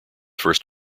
first